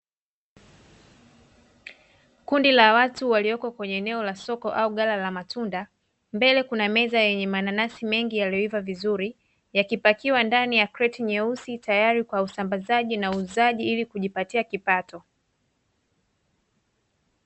Kundi la watu walioko kwenye eneo la soko au ghala la matunda, mbele kuna meza yenye mananasi mengi yaliyoiva vizuri yakipakiwa ndani ya kreti nyeusi tayari kwa usambazaji na uuzaji ili kujipatia kipato.